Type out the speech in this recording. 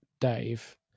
Dave